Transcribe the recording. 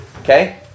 Okay